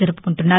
జరుపుకుంటున్నారు